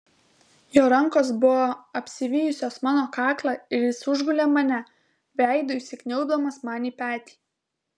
jo rankos buvo apsivijusios mano kaklą ir jis užgulė mane veidu įsikniaubdamas man į petį